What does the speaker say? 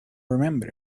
remember